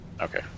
Okay